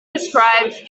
described